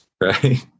right